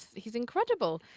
he's incredible.